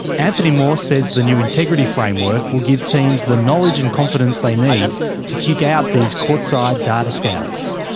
anthony moore says the new integrity framework will give teams the knowledge and confidence they need to kick out these courtside data scouts.